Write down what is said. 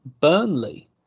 Burnley